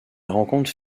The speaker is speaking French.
rencontre